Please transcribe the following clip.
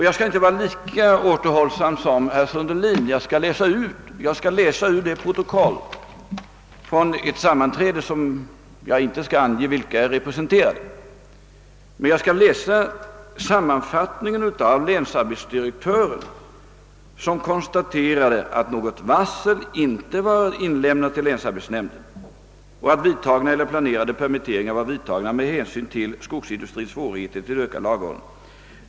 Jag skall inte vara lika återhållsam som herr Sundelin utan vill citera protokollet från ett sammanträde — jag anger inte vilka som deltog, men länsarbetsdirektören konstaterade där i sin sammanfattning, att något varsel inte var inlämnat till länsarbetsnämnden och att vidtagna eller planerade permitteringar var vidtagna med hänsyn till skogsindustrins svårigheter till ökad lagerhållning.